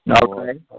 Okay